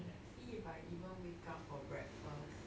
see if I even wake up for breakfast